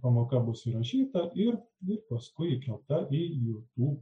pamoka bus įrašyta ir ir paskui įtraukta į jutub